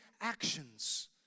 actions